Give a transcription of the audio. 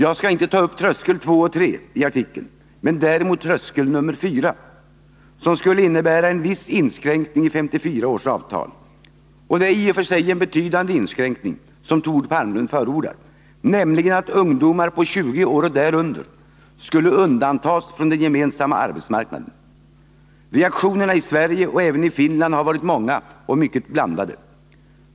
Jag skall inte ta upp trösklarna 2 och 3, som behandlades i artikeln men däremot tröskel 4, som skulle innebära en viss inskränkning i 1954 års avtal. Och det är i och för sig en betydande inskränkning som Thord Palmlund förordar, nämligen att ungdomar på 20 år och därunder skulle undantas från den gemensamma arbetsmarknaden. Reaktionerna i Sverige och även i Finland har varit många och mycket blandade.